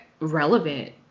relevant